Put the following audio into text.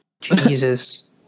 Jesus